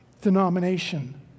denomination